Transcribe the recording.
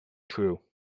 true